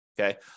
okay